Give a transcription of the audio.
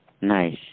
Nice